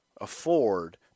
afford